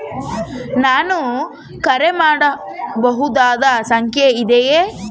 ನಾನು ಕರೆ ಮಾಡಬಹುದಾದ ಸಂಖ್ಯೆ ಇದೆಯೇ?